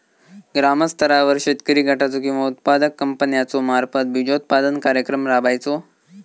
ग्रामस्तरावर शेतकरी गटाचो किंवा उत्पादक कंपन्याचो मार्फत बिजोत्पादन कार्यक्रम राबायचो?